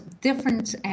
different